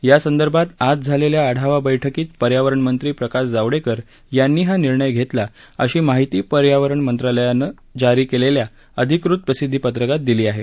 यासंदर्भात आज झालेल्या आढावा बैठकीत पर्यावरणमंत्री प्रकाश जावडेकर यांनी हा निर्णय घेतला अशी माहिती पर्यावरण मंत्रालयानं जारी केलेल्या अधिकृत प्रसिद्धीपत्रकात दिली आहे